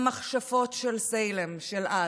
מהמכשפות של סיילם של אז.